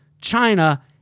China